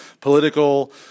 political